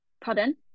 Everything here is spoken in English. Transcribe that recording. Pardon